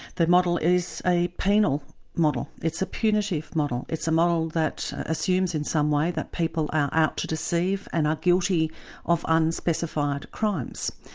the model is a penal model, it's a punitive model. it's a model that assumes in some way that people are out to deceive and are guilty of unspecified crimes.